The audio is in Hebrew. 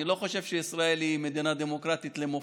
אני לא חושב שישראל היא מדינה דמוקרטית למופת,